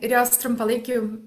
ir jos trumpalaikiu